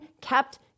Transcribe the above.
kept